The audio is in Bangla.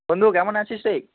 বন্ধু কেমন আছিস রে